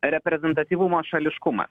reprezentatyvumo šališkumas